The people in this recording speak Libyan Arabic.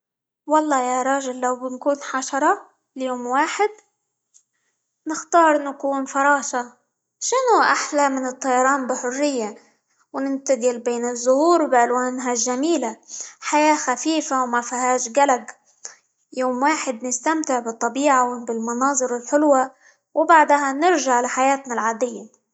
والله يا راجل لو بنكون حشرة ليوم واحد، نختار نكون فراشة، شنو أحلى من الطيران بحرية؟! وننتقل بين الزهور بألوانها الجميلة، حياة خفيفة، وما فيهاش قلق، يوم واحد نستمتع بالطبيعة، وبالمناظر الحلوة، وبعدها نرجع لحياتنا العادية.